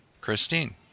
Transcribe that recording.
christine